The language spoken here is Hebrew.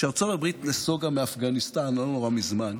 כשארצות הברית נסוגה מאפגניסטן, לא נורא מזמן,